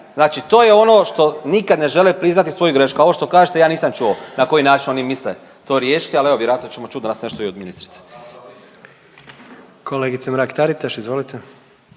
Znači to je ono što nikad ne žele priznati svoju grešku, a ovo što kažete ja nisam čuo na koji način oni misle to riješiti ali evo vjerojatno ćemo čut danas nešto i od ministrice. **Jandroković, Gordan